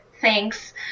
Thanks